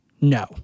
No